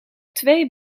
twee